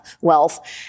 wealth